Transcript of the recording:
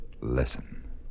Listen